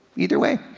either way.